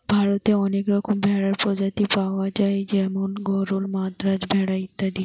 ভারতে অনেক রকমের ভেড়ার প্রজাতি পায়া যায় যেমন গরল, মাদ্রাজ ভেড়া ইত্যাদি